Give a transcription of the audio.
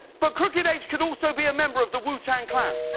but crooked h could also be a member of the wu tang clan.